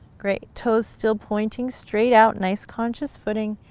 great, toes still pointing straight out. nice conscious footing.